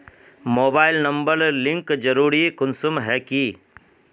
Mobile number link जरुरी कुंसम है की?